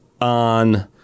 on